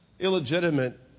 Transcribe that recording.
illegitimate